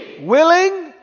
Willing